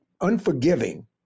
unforgiving